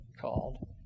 called